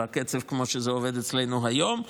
בקצב כמו שזה עובד אצלנו היום.